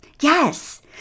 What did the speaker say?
Yes